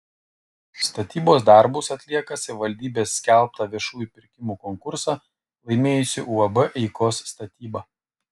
statybos darbus atlieka savivaldybės skelbtą viešųjų pirkimų konkursą laimėjusi uab eikos statyba